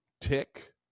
tick